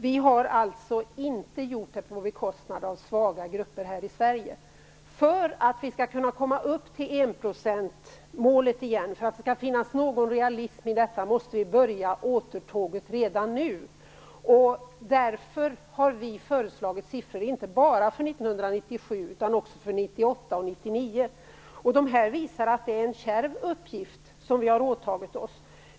Vi har alltså inte gjort det på bekostnad av svaga grupper här i För att det skall finnas någon realism i vår strävan att komma upp till enprocentsmålet igen, måste vi börja återtåget redan nu. Därför har vi föreslagit siffror inte bara för 1997 utan också för 1998 och 1999. De visar att det är en kärv uppgift som vi har åtagit oss.